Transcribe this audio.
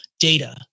Data